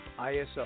ISO